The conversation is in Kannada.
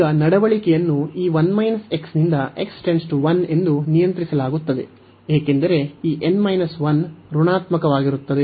ಮತ್ತು ಈಗ ಈ ಸಂದರ್ಭದಲ್ಲಿ ನೆನಪಿಡಿ ಈಗ ನಡವಳಿಕೆಯನ್ನು ಈ ನಿಂದ ಎಂದು ನಿಯಂತ್ರಿಸಲಾಗುತ್ತದೆ ಏಕೆಂದರೆ ಈ n 1 ಋಣಾತ್ಮಕವಾಗಿರುತ್ತದೆ